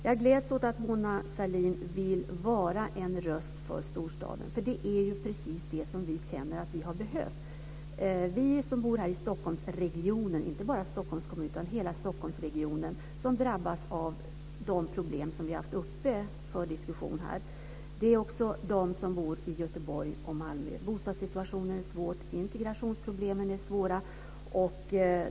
Jag gläds åt att Mona Sahlin vill vara en röst för storstaden. Det är precis det som vi känner har behövts. Vi som bor i Stockholmsregionen - inte bara i Stockholms kommun, utan i hela Stockholmsregionen - drabbas av de problem som vi har haft uppe för diskussion här. Det gäller också dem som bor i Göteborg och Malmö. Bostadssituationen är svår. Integrationsproblemen är svåra.